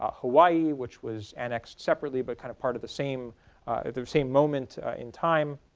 ah hawaii which was annexed separately but kind of part of the same same moment in time.